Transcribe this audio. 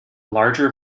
larger